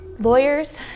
lawyers